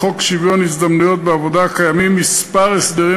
בחוק שוויון ההזדמנויות בעבודה קיימים כמה הסדרים